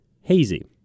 hazy